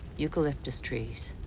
eucalyptus trees.